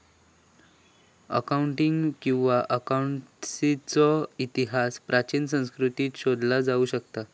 accounting किंवा अकाउंटन्सीचो इतिहास प्राचीन संस्कृतींत शोधला जाऊ शकता